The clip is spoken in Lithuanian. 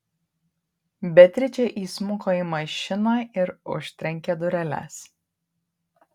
beatričė įsmuko į mašiną ir užtrenkė dureles